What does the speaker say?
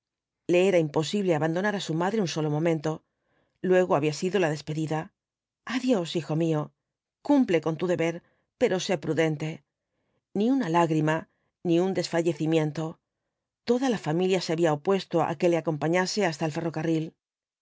le era imposible abandonar á su madre un solo momento lueg o había sido la despedida adiós hijo mío cumple tu deber pero sé prudente ni una lágrima ni un desfallecimiento toda la familia se había opuesto á que le acompañase hasta el ferrocarril